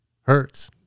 hurts